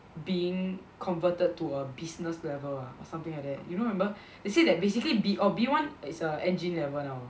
being converted to a business level ah or something like that you know remember they say that basically B orh B one it's a engin level now